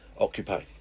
occupy